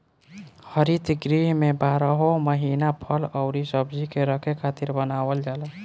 हरित गृह में बारहो महिना फल अउरी सब्जी के रखे खातिर बनावल जाला